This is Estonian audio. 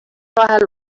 vahel